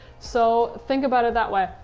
so think about it that way.